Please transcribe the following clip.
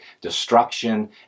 destruction